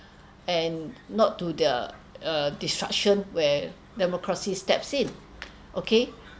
and not to the uh disruption where democracy steps in okay so